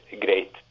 great